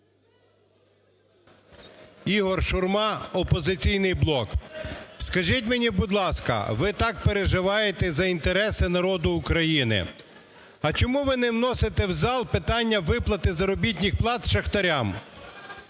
Ігор Шурма, "Опозиційний блок". Скажіть мені, будь ласка, ви так переживаєте за інтереси народу України, а чому ви не вносите в зал питання виплати заробітних плат шахтарям?